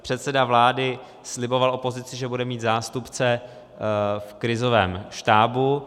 Předseda vlády sliboval opozici, že bude mít zástupce v krizovém štábu.